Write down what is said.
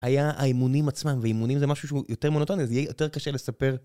היה האימונים עצמם, ואימונים זה משהו שהוא יותר מונוטוני, זה יהיה יותר קשה לספר.